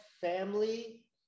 family